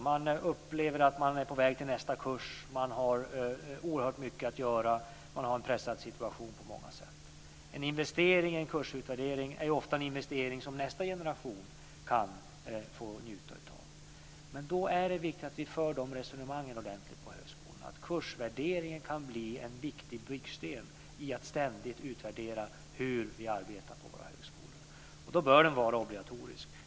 Man upplever att man är på väg till nästa kurs. Man har oerhört mycket att göra. Man har en pressad situation på många sätt. En investering i en kursutvärdering är ofta en investering som nästa generation kan få njuta av. Men då är det viktigt att vi för resonemangen ordentligt på högskolorna så att kursutvärderingen kan bli en viktig byggsten i att ständigt utvärdera hur vi arbetar på våra högskolor. Då bör den vara obligatorisk.